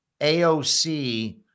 AOC